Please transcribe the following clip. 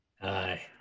Aye